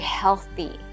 healthy